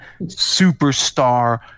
Superstar